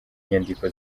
inyandiko